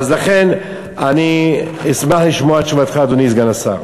לכן אני אשמח לשמוע את תשובתך, אדוני סגן השר.